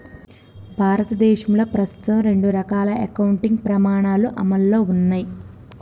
భారతదేశంలో ప్రస్తుతం రెండు రకాల అకౌంటింగ్ ప్రమాణాలు అమల్లో ఉన్నయ్